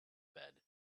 bed